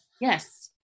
Yes